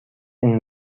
این